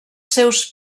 seus